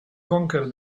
conquer